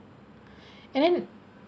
and then